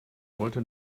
wollte